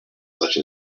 such